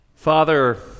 Father